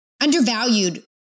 undervalued